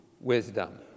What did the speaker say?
wisdom